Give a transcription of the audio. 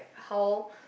how